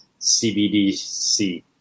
CBDC